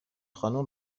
خانوم